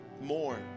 more